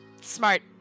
Smart